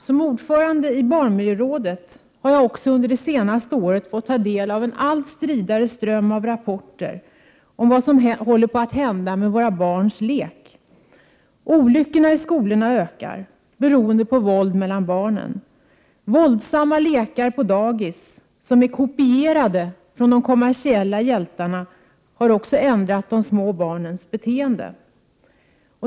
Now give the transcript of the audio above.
Som ordförande i barnmiljörådet har jag också under det senaste året fått ta del av en allt stridare ström av rapporter om vad som håller på att hända med våra barns lek. Antalet olyckor i skolorna ökar, beroende på våld mellan barnen. Våldsamma lekar på dagis, som är kopierade från de kommersiella hjältarnas agerande, har också ändrat de små barnens beteende.